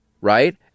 right